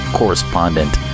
correspondent